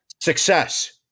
Success